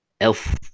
elf